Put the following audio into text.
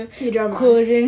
K drama